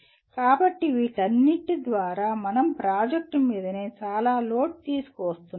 కాబట్టి వీటన్నిటి ద్వారా మనం ప్రాజెక్ట్ మీదనే చాలా లోడ్ తీసుకువస్తున్నాము